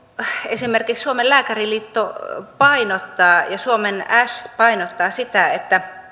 esimerkiksi suomen lääkäriliitto ja suomen ash painottavat sitä